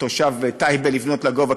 תושב טייבה לבנות לגובה,